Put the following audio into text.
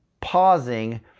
pausing